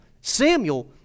Samuel